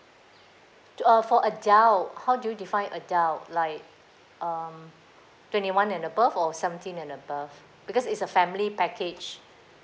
uh for adult how do you define adult like um twenty one and above or seventeen and above because it's a family package